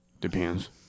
Depends